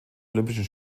olympischen